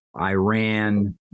Iran